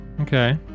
Okay